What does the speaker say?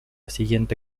siguiente